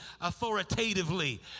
authoritatively